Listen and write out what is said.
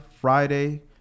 Friday